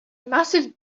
massive